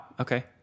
Okay